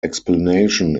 explanation